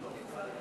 חברי